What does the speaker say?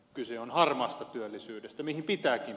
kyse on harmaasta työllisyydestä mihin pitääkin